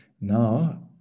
Now